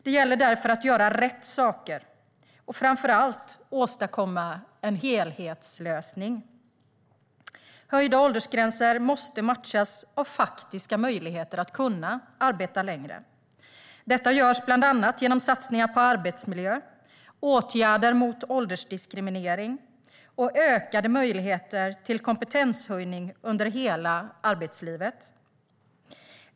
Det gäller därför att göra rätt saker och framför allt åstadkomma en helhetslösning. Höjda åldersgränser måste matchas av faktiska möjligheter att kunna arbeta längre. Detta görs bland annat genom satsningar på arbetsmiljö, åtgärder mot åldersdiskriminering och ökade möjligheter till kompetenshöjning under hela arbetslivet.